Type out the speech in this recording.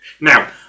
Now